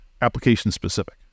application-specific